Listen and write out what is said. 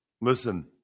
Listen